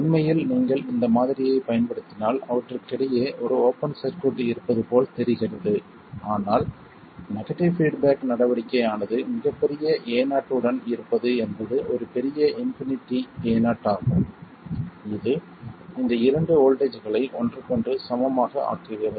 உண்மையில் நீங்கள் இந்த மாதிரியைப் பயன்படுத்தினால் அவற்றுக்கிடையே ஒரு ஓப்பன் சர்க்யூட் இருப்பது போல் தெரிகிறது ஆனால் நெகடிவ் பீட்பேக் நடவடிக்கை ஆனது மிகப் பெரிய Ao உடன் இருப்பது என்பது ஒரு பெரிய இன்பினிட்டி Ao ஆகும் இது இந்த இரண்டு வோல்ட்டேஜ்களை ஒன்றுக்கொன்று சமமாக ஆக்குகிறது